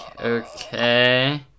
okay